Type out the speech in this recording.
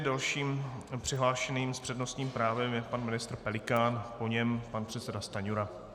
Dalším přihlášeným s přednostním právem je pan ministr Pelikán, po něm pan předseda Stanjura.